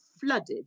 flooded